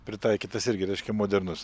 pritaikytas irgi reiškia modernus